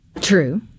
True